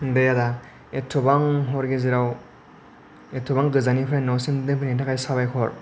दे रा एथबां हर गेजेराव एथबां गोजाननिफ्राय न'सिम दोनफैनायनि थाखाय साबायखर